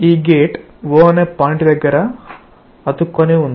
ఈ gate O అనే point దగ్గర అతుక్కొని ఉంది